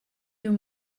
your